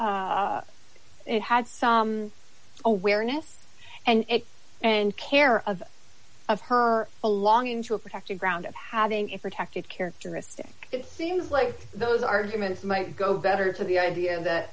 it had some awareness and and care of of her belonging to a protected ground having a protected characteristic it seems like those arguments might go better to the idea that